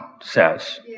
says